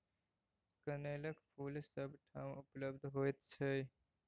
कनेलक फूल सभ ठाम उपलब्ध होइत छै